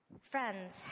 Friends